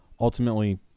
ultimately